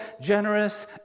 generous